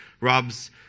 Rob's